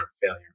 failure